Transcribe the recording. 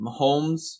Mahomes